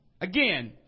Again